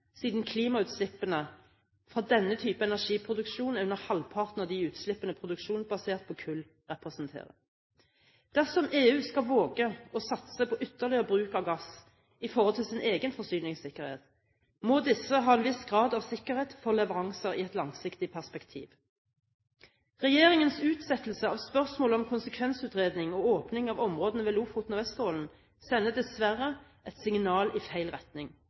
siden klimautslippene fra denne type energiproduksjon er under halvparten av de utslippene produksjon basert på kull, representerer. Dersom EU skal våge å satse på ytterligere bruk av gass i forhold til sin egen forsyningssikkerhet, må disse ha en viss grad av sikkerhet for leveranser i et langsiktig perspektiv. Regjeringens utsettelse av spørsmålet om konsekvensutredning og åpning av områdene ved Lofoten og Vesterålen sender dessverre et signal i feil retning.